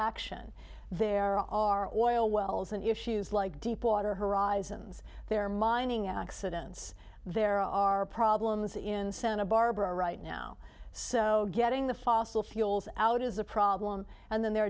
ction there are oil wells and issues like deepwater horizon zx there mining accidents there are problems in santa barbara right now so getting the fossil fuels out is a problem and then the